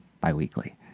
bi-weekly